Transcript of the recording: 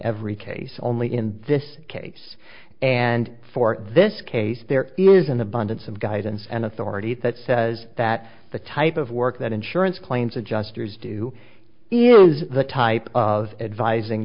every case only in this case and for this case there is an abundance of guidance and authority that says that the type of work that insurance claims adjusters do is the type of advising